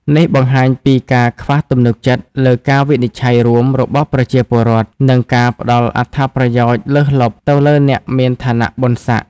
នេះបង្ហាញពីការខ្វះទំនុកចិត្តលើការវិនិច្ឆ័យរួមរបស់ប្រជាពលរដ្ឋ និងការផ្តល់អត្ថប្រយោជន៍លើសលប់ទៅលើអ្នកមានឋានៈបុណ្យសក្តិ។